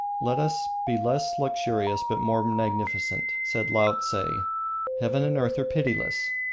let us be less luxurious but more magnificent. said laotse heaven and earth are pitiless.